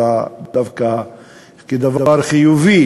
אלא דווקא כדבר חיובי,